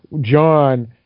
John